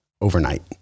overnight